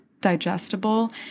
digestible